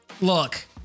look